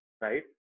right